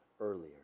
earlier